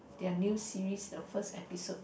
their new series the first episode